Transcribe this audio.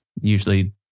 usually